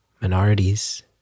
minorities